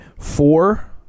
four